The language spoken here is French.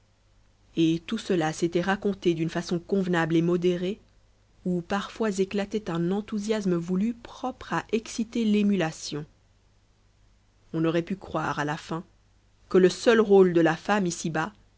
et tout cela s'était raconté d'une façon convenable et modérée où parfois éclatait un enthousiasme voulu propre à exciter l'émulation on aurait pu croire à la fin que le seul rôle de la femme ici-bas